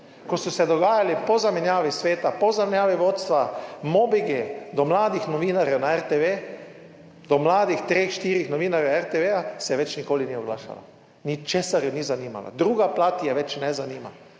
Ko so se dogajali po zamenjavi sveta, po zamenjavi vodstva, mobingi do mladih novinarjev na RTV, do mladih treh, štirih novinarjev RTV-ja, se več nikoli ni oglašala, ničesar je ni zanimalo. Druga plat je več ne zanima,